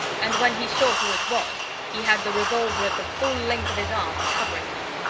and when he saw who it was, he had the revolver at the full length of his arm, covering me.